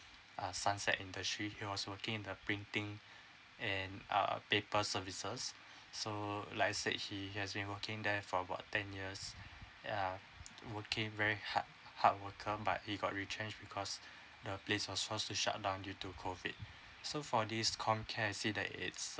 a sunset industry he was working in the printing and uh paper services so like said he has been working there for about ten years uh working very hard hard worker but he got retrench because the place was forced to shut down due to COVID so for this comcare is it that is